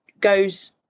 goes